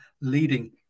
leading